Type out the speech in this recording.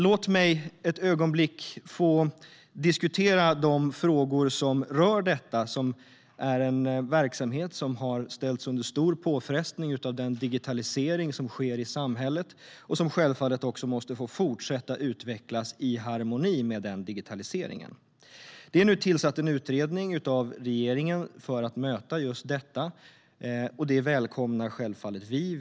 Låt mig ett ögonblick få diskutera de frågor som rör detta. Det är en verksamhet som har ställts inför stora påfrestningar av den digitalisering som sker i samhället och som självfallet också måste få fortsätta utvecklas i harmoni med denna digitalisering. Regeringen har tillsatt en utredning för att möta just detta, vilket vi självfallet välkomnar.